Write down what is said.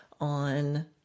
on